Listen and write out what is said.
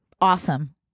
Awesome